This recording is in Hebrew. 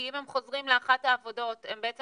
כי אם הם חוזרים לאחת העבודות הם בעצם